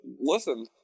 listen